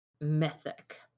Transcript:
mythic